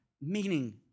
meaning